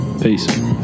Peace